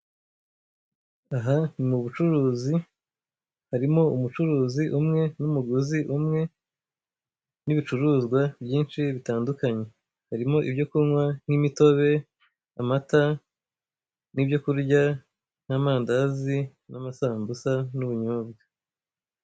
Aha ni mubucuruzi harimo umucuruzi umwe n'umuguzi umwe n'ibicuruzwa byinshi bitandukanye, harimo ibyo kunywa nk'imitobe, amata n'ibyo kurya nk'amandazi n'amasambusa n'ubunyobwa.